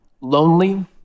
lonely